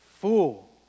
Fool